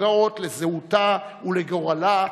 הנוגעות בזהותה ובגורלה,